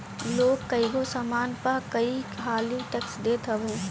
लोग कईगो सामान पअ कई हाली टेक्स देत हवे